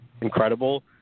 incredible